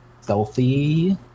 stealthy